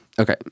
Okay